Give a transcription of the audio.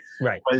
Right